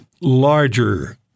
larger